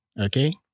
Okay